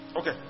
Okay